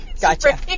Gotcha